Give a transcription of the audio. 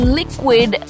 liquid